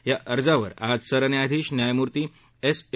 या अर्जावर आज सरन्यायाधीश न्यायमूर्ती ॠ